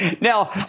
Now